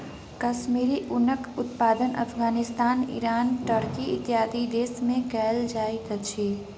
कश्मीरी ऊनक उत्पादन Afghanistan, Iran, Turkey, इत्यादि देश में कयल जाइत अछि